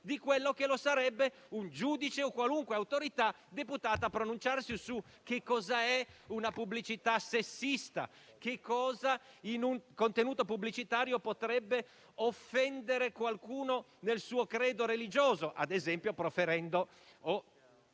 di quanto lo sarebbe un giudice o qualunque autorità deputata a pronunciarsi su cos'è una pubblicità sessista o su cosa, in un contenuto pubblicitario, potrebbe offendere qualcuno nel suo credo religioso (ad esempio, esprimendo